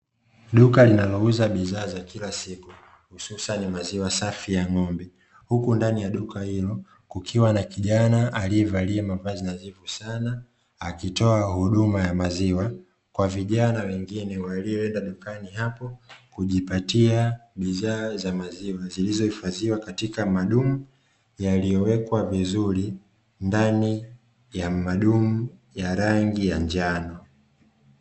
Duka linalouza bidhaa za kila hususani maziwa safi ya ng'ombe, huku ndani ya duka hilo kukiwa na kijana alievalia mavazi nadhifu sana, akitoa huduma ya maziwa kwa vijana wengine walioenda dukani hapo kujipatia bidhaa za maziwa zilizo hifadhiwa katika madumu yaliyowekwa vizuri ndani ya madumu ya rangi ya njano.